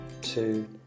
two